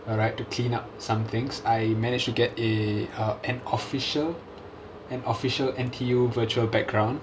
alright to clean up some things I managed to get a uh an official an official N_T_U virtual background